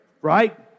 right